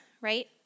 right